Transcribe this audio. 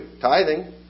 tithing